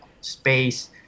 space